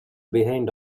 behind